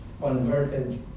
converted